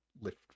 lift